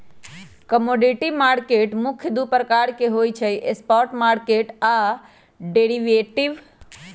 commodity market मुख्य दु प्रकार के होइ छइ स्पॉट मार्केट आऽ डेरिवेटिव